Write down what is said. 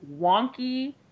wonky